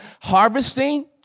Harvesting